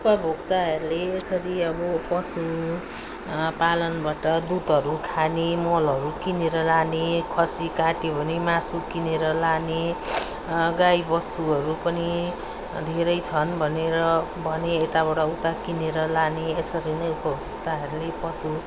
उपभोक्ताहरूले यसरी अब पशु पालनबाट दुधहरू खाने मलहरू किनेर लाने खसी काट्यो भने मासु किनेर लाने गाई बस्तुहरू पनि धेरै छन् भने र भने यताबाट उता किनेर लाने यसरी नै उपभोक्ताहरूले पशु